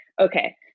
Okay